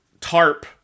tarp